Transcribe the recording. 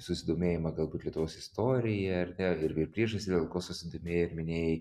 susidomėjimą galbūt lietuvos istorija ar ne ir ir priežastį dėl ko susidomėjai ir minėjai